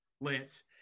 lance